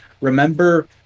remember